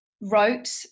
wrote